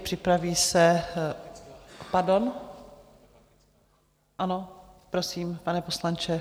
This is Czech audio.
Připraví se pardon, ano, prosím, pane poslanče.